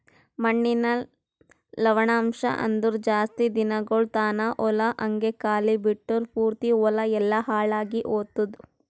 ಮಣ್ಣಿನ ಲವಣಾಂಶ ಅಂದುರ್ ಜಾಸ್ತಿ ದಿನಗೊಳ್ ತಾನ ಹೊಲ ಹಂಗೆ ಖಾಲಿ ಬಿಟ್ಟುರ್ ಪೂರ್ತಿ ಹೊಲ ಎಲ್ಲಾ ಹಾಳಾಗಿ ಹೊತ್ತುದ್